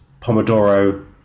pomodoro